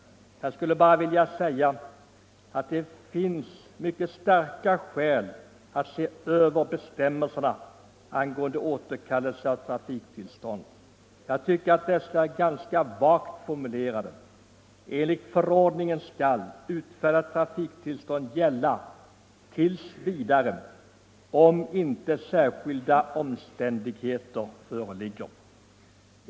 Jag skulle bara vilja säga att det finns mycket starka skäl att se över bestämmelserna angående återkallelse av trafiktillstånd. Jag tycker att dessa bestämmelser är ganska vagt formulerade. Enligt förordningen skall utfärdat trafiktillstånd gälla tills vidare ”om inte särskilda omständigheter föreligger”.